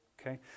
Okay